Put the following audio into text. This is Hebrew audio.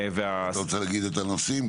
אתה רוצה להגיד את הנושאים?